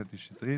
קטי שטרית,